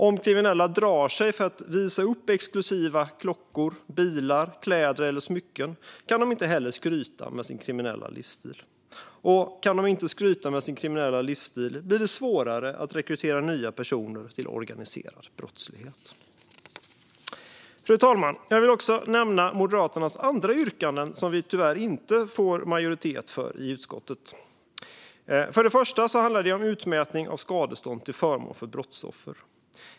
Om kriminella drar sig för att visa upp exklusiva klockor, bilar, kläder eller smycken kan de inte heller skryta med sin kriminella livsstil. Och kan de inte skryta med sin kriminella livsstil blir det svårare att rekrytera nya personer till organiserad brottslighet. Fru talman! Jag vill också nämna Moderaternas andra yrkanden, som vi tyvärr inte får majoritet för i utskottet. Det första handlar om utmätning av skadestånd till förmån för brottsoffer.